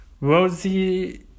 Rosie